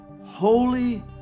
Holy